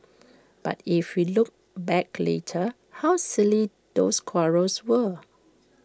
but if we look back later how silly those quarrels were